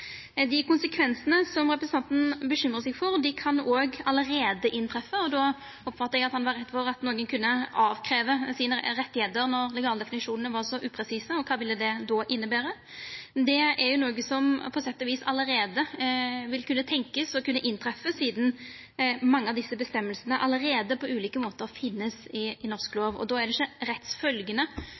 Dei konsekvensane som representanten bekymrar seg for, kan ein òg allereie få. Eg oppfatta at han var redd for at nokre kunne avkrevja rettane sine når legaldefinisjonane var så upresise, og kva ville det då innebera. Det er noko ein på sett og vis allereie kan tenkja seg kan skje, i og med at mykje av dette allereie på ulike måtar finst i norsk lov, og då er det